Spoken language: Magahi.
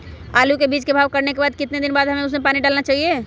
आलू के बीज के भाव करने के बाद कितने दिन बाद हमें उसने पानी डाला चाहिए?